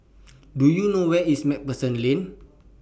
Do YOU know Where IS MacPherson Lane